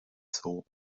zoo